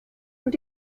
und